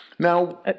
Now